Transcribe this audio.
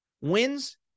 Wins